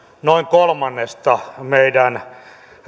noin kolmannesta meidän